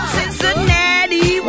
Cincinnati